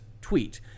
tweet